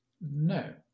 No